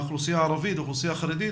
האוכלוסייה הערבית והאוכלוסייה החרדית,